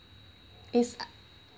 it's uh